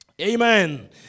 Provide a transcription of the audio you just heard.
Amen